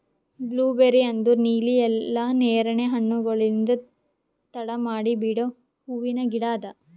blueberry ಅಂದುರ್ ನೀಲಿ ಇಲ್ಲಾ ನೇರಳೆ ಹಣ್ಣುಗೊಳ್ಲಿಂದ್ ತಡ ಮಾಡಿ ಬಿಡೋ ಹೂವಿನ ಗಿಡ ಅದಾ